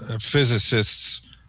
physicists